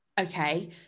okay